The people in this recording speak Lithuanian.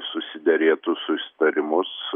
susiderėtus susitarimus